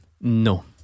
No